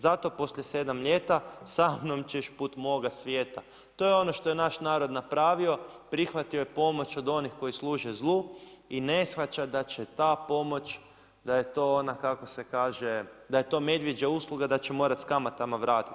Zato poslije sedam ljeta sa mnom ćeš put moga svijeta.“ To je ono što je naš narod napravio, prihvatio je pomoć od onih koji služe zlu i ne shvaća da će ta pomoć da je to ona kako se kaže da je to medvjeđa usluga da će morati s kamata vratiti.